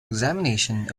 examination